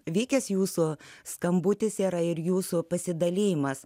vykęs jūsų skambutis yra ir jūsų pasidalijimas